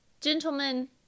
gentlemen